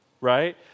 right